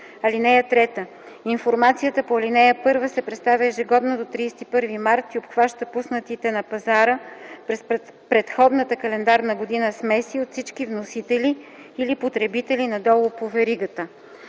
(CLP). (3) Информацията по ал. 1 се представя ежегодно до 31 март и обхваща пуснатите на пазара през предходната календарна година смеси от всички вносители или потребители надолу по веригата.